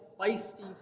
feisty